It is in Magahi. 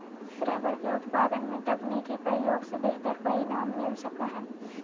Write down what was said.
रबर के उत्पादन में तकनीकी प्रयोग से बेहतर परिणाम मिल सकऽ हई